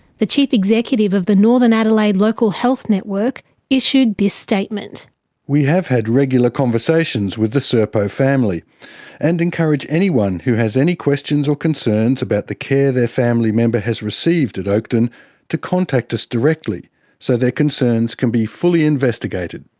the chief executive of the northern adelaide local health network issued this statement reading we have had regular conversations with the serpo family and encourage anyone who has any questions or concerns about the care their family member has received at oakden to contact us directly so their concerns can be fully investigated.